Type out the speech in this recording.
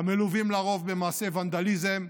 המלווים לרוב במעשי ונדליזם,